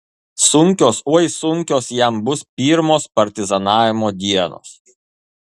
sunkios oi sunkios jam bus pirmos partizanavimo dienos